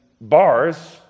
bars